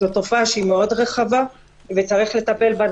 זו תופעה מאוד רחבה וצריך לטפל בה.